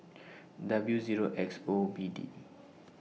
W Zero X O B D